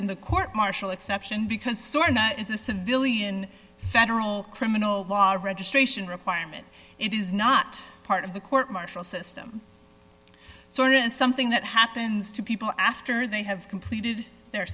in the court martial exception because it's a civilian federal criminal law registration requirement it is not part of the court martial system so it is something that happens to people after they have completed their